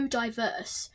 diverse